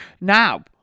now